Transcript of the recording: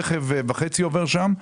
רכב וחצי עובר שם.